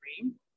dream